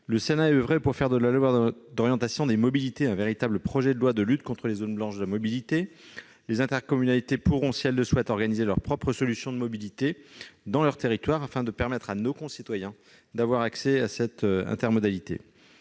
Le Sénat a oeuvré pour faire de la loi d'orientation des mobilités un véritable texte de lutte contre les zones blanches de mobilité. Ainsi, les intercommunalités pourront, si elles le souhaitent, organiser leurs propres solutions de mobilité dans leur territoire, afin de permettre à nos concitoyens d'avoir accès à cette intermodalité.